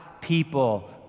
people